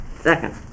Second